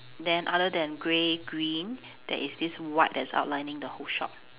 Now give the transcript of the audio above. then other than grey green there is this white that's outlining the whole shop